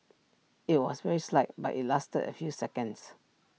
IT was very slight but IT lasted A few seconds